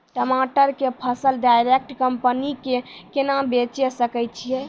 टमाटर के फसल डायरेक्ट कंपनी के केना बेचे सकय छियै?